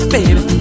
Baby